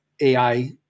AI